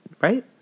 right